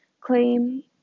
claim